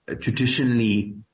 Traditionally